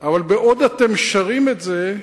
אבל בעוד אתם שרים את זה,